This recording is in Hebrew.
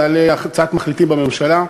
תעלה הצעת מחליטים בממשלה,